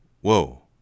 Whoa